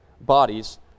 bodies